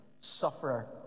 sufferer